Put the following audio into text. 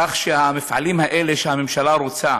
כך שהמפעלים האלה, שהממשלה רוצה